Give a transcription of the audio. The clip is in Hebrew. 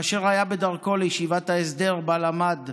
על ידי מחבלים מתועבים כאשר היה בדרכו לישיבת ההסדר שבה למד,